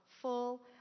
full